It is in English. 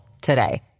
today